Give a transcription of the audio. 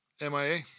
MIA